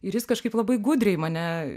ir jis kažkaip labai gudriai mane